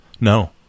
No